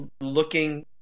looking